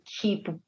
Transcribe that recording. keep